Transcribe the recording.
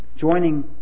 joining